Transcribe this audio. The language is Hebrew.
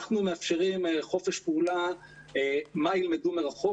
אנחנו מאפשרים חופש פעולה מה ילמדו מרחוק,